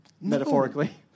Metaphorically